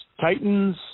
Titans